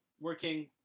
working